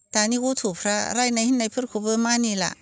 दानि गथ'फ्रा रायनाय होननायफोरखौबो मानिला